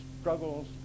struggles